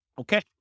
Okay